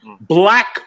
Black